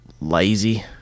lazy